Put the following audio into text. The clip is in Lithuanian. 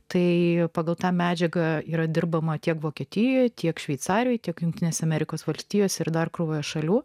tai pagauta medžiaga yra dirbama tiek vokietijoje tiek šveicarijoje tiek jungtinėse amerikos valstijose ir dar krūva šalių